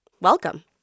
Welcome